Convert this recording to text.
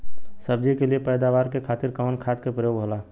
सब्जी के लिए पैदावार के खातिर कवन खाद के प्रयोग होला?